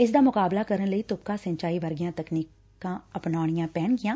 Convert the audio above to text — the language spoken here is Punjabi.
ਇਸ ਦਾ ਮੁਕਾਬਲਾ ਕਰਨ ਲਈ ਤੁਪਕਾ ਸਿੰਚਾਈ ਵਰਗੀਆਂ ਤਕਨੀਕਾਂ ਅਪਣਾਉਣੀਆਂ ਪੈਣਗੀਆਂ